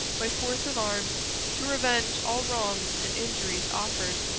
by force of arms to revenge all wrongs and injuries offered,